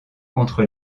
contre